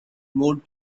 moved